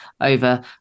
over